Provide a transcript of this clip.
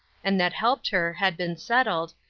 and that helped her, had been settled,